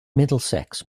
middlesex